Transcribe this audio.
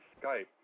Skype